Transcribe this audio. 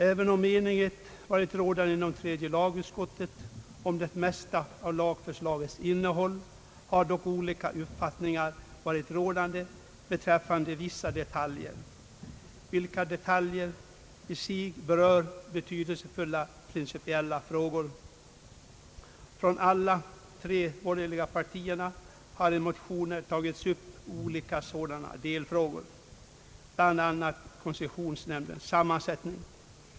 Även om enighet rått i tredje lagutskottet kring det mesta av lagförslagets innehåll har olika uppfattningar före kommit beträffande vissa detaljer som rör betydelsefulla principiella frågor. I motioner från de tre borgerliga partierna har olika sådana delfrågor tagits upp, bl.a. koncessionsnämndens sammansättning.